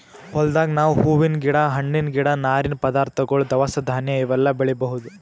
ಹೊಲ್ದಾಗ್ ನಾವ್ ಹೂವಿನ್ ಗಿಡ ಹಣ್ಣಿನ್ ಗಿಡ ನಾರಿನ್ ಪದಾರ್ಥಗೊಳ್ ದವಸ ಧಾನ್ಯ ಇವೆಲ್ಲಾ ಬೆಳಿಬಹುದ್